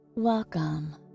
Welcome